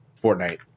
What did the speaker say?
Fortnite